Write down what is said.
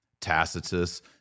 Tacitus